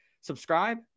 subscribe